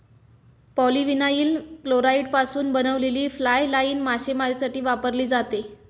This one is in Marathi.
पॉलीविनाइल क्लोराईडपासून बनवलेली फ्लाय लाइन मासेमारीसाठी वापरली जाते